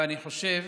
ואני חושב